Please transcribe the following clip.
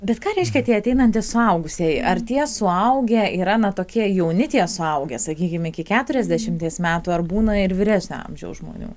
bet ką reiškia tie ateinantys suaugusieji ar tie suaugę yra na tokie jauni tie suaugę sakykim iki keturiasdešimties metų ar būna ir vyresnio amžiaus žmonių